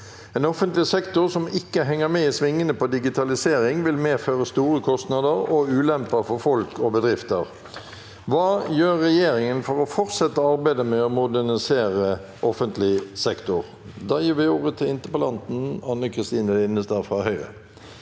En offentlig sektor som ikke henger med i svingene på digitalisering vil medføre store kostnader og ulemper for folk og bedrifter. Hva gjør regjeringen for å fortsette arbeidet med å modernisere offentlig sektor?» Anne Kristine Linnestad (H)